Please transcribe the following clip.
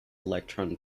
electron